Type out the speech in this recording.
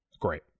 great